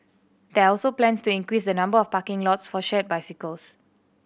there are also plans to increase the number of parking lots for shared bicycles